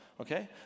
Okay